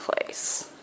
place